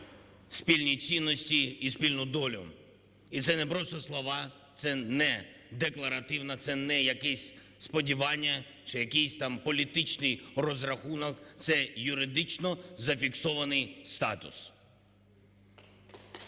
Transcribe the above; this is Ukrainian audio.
спільні цінності і спільну долю. І це не просто слова, це не декларативно, це не якісь сподівання чи якийсь там політичний розрахунок – це юридично зафіксований статус.